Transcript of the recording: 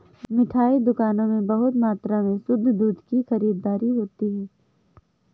मिठाई दुकानों में बहुत मात्रा में शुद्ध दूध की खरीददारी होती है